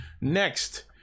Next